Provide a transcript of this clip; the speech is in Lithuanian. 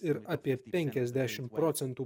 ir apie penkiasdešim procentų